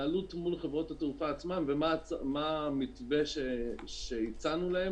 להתנהלות מול חברות התעופה עצמן ומה המתווה שהצענו להן.